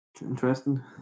interesting